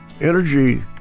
Energy